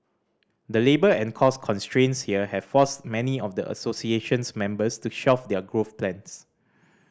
the labour and cost constraints here have forced many of the association's members to shelf their growth plans